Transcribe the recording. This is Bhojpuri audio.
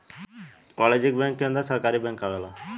वाणिज्यिक बैंक के अंदर सरकारी बैंक आवेला